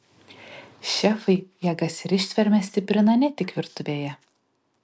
šefai jėgas ir ištvermę stiprina ne tik virtuvėje